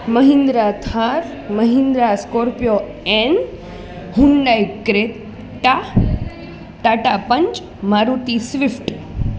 Mahindra Thar Mahindra scorpio N Hyundai Creta Tata punch Maruti swift